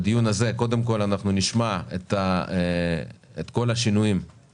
ביקשתם שנחזור אליכם עם תשובות על כמה שאלות שעלו פה.